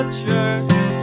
church